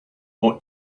ought